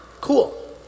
Cool